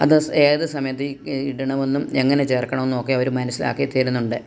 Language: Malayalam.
അത് ഏത് സമയത്തും ഇടണമെന്നും എങ്ങനെ ചേർക്കണോന്നൊക്കെ അവർ മനസ്സിലാക്കി തരുന്നുണ്ട്